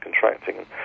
contracting